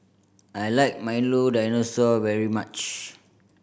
I like Milo Dinosaur very much